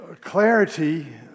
clarity